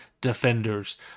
Defenders